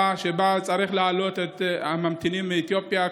שבה צריך להעלות את הממתינים מאתיופיה.